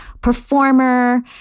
performer